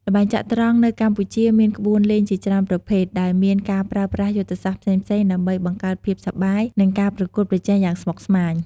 ល្បែងចត្រង្គនៅកម្ពុជាមានក្បួនលេងជាច្រើនប្រភេទ ដែលមានការប្រើប្រាស់យុទ្ធសាស្ត្រផ្សេងៗដើម្បីបង្កើតភាពសប្បាយ និងការប្រកួតប្រជែងយ៉ាងស្មុគស្មាញ។